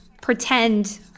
pretend